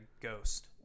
ghost